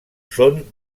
són